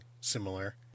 similar